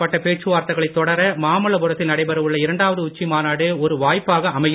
இந்த பேச்சுவார்த்தைகளை தொடர மாமல்லபுரத்தில் நடைபெற உள்ள இரண்டாவது உச்சி மாநாடு ஓர வாய்ப்பாக அமையும்